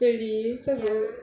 really so good